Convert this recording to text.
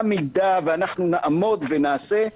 עמידה ואנחנו נעמוד ונעשה,